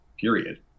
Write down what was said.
Period